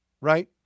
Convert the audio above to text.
right